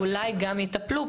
ואולי גם יטפלו.